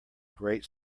great